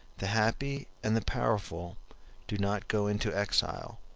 the happy and the powerful do not go into exile,